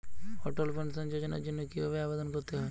অটল pension যোজনার জন্য কি ভাবে আবেদন করতে হয়?